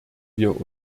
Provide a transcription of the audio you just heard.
wir